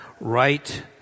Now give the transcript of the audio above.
right